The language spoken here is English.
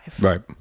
Right